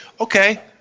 okay –